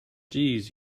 jeez